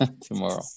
Tomorrow